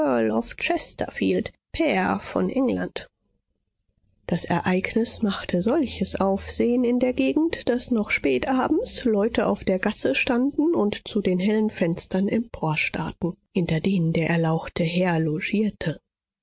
pair von england das ereignis machte solches aufsehen in der gegend daß noch spät abends leute auf der gasse standen und zu den hellen fenstern emporstarrten hinter denen der erlauchte herr